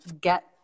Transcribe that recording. get